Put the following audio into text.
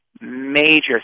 major